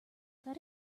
that